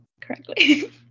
correctly